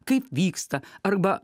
kaip vyksta arba